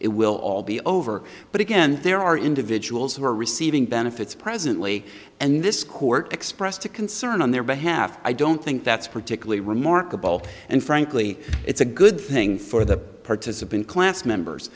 it will all be over but again there are individuals who are receiving benefits presently and this court expressed a concern on their behalf i don't think that's particularly remarkable and frankly it's a good thing for the participant class members